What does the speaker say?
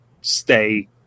stay